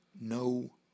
no